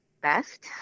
best